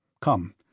Come